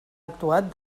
actuat